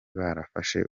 barafashe